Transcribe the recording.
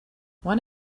one